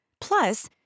Plus